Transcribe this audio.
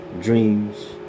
dreams